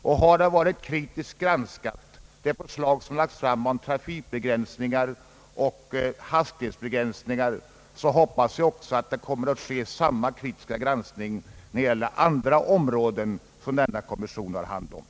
Om det förslag rörande trafikoch hastighetsbegränsningar som har lagts fram har underkastats en kritisk granskning, hoppas jag att samma kritiska granskning kommer att ske när det gäller andra områden som högertrafikkommissionen handhar.